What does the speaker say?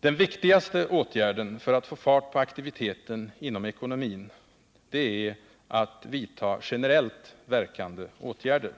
Den viktigaste åtgärden är att få fart på aktiviteten inom ekonomin genom generellt verkande åtgärder.